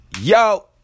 Yo